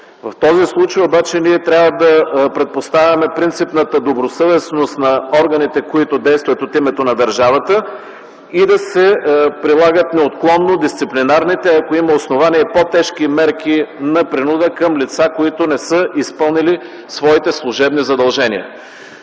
В този случай обаче ние трябва да предпоставяме принципната добросъвестност на органите, които действат от името на държавата, и да се прилагат неотклонно дисциплинарните, ако има основание, и по-тежки мерки на принуда към лица, които не са изпълнили своите служебни задължения.